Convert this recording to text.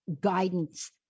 guidance